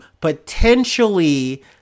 potentially